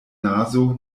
nazo